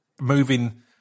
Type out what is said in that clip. moving